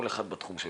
כל אחד בתחום שלו.